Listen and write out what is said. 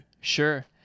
Sure